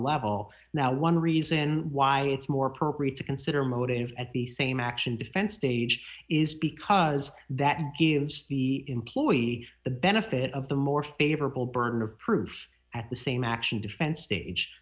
level now one reason why it's more appropriate to consider motive at the same action defense stage is because that gives the employee the benefit of the more favorable burden of proof at the same action defense stage